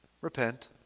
Repent